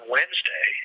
Wednesday